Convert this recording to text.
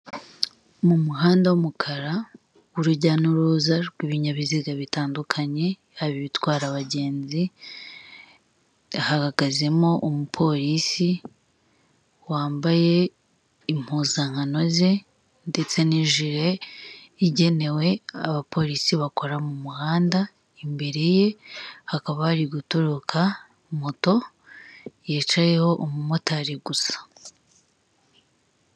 Mu muhanda w'umukara urujya n'uruza rw'ibinyabiziga bitandukanye bitwara abagenzi hagazemo umupolisi wambaye impuzankano ze ndetse n'ijire igenewe abapolisi bakora mu muhanda imbere ye akaba yari guturoka moto yicayeho umumotari gusa.